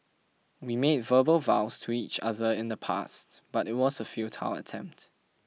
we made verbal vows to each other in the past but it was a futile attempt